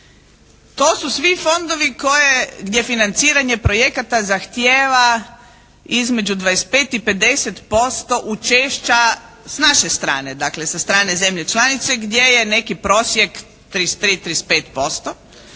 To su svi fondovi koje, gdje financiranje projekata zahtijeva između 25 i 50% učešća s naše strane, dakle sa strane zemlje članice gdje je neki prosjek 33, 35%.